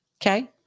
Okay